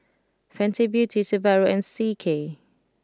Fenty Beauty Subaru and C K